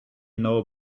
know